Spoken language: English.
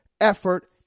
effort